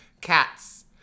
Cats